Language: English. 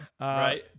right